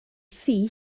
thŷ